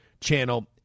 channel